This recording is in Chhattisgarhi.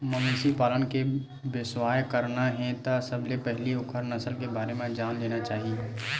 मवेशी पालन के बेवसाय करना हे त सबले पहिली ओखर नसल के बारे म जान लेना चाही